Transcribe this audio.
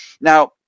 Now